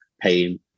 paying